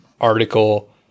article